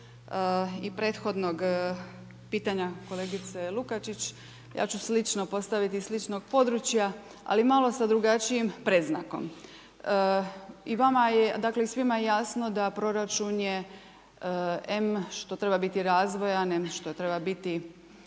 i prethodnog pitanja kolegice Lukačić, ja ću slično postaviti iz sličnog područja ali malo sa drugačijim predznakom. I vama je, dakle i svima je jasno da proračun je em što treba biti razvojan, em što treba biti